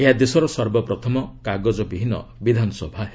ଏହା ଦେଶର ସର୍ବପ୍ରଥମ କାଗଜବିହୀନ ବିଧାନସଭା ହେବ